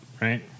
Right